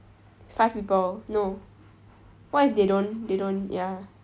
five people no what if they don't they don't ya